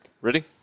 Ready